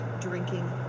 drinking